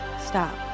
stop